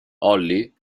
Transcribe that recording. holly